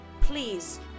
please